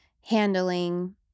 handling